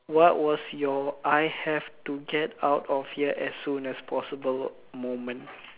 what was your I have to get out of here as soon as possible moment